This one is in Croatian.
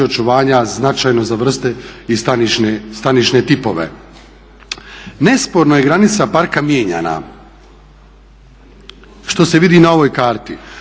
očuvanja značajno za vrste i stanišne tipove. Nesporno je granica parka mijenjana, što se vidi na ovoj karti.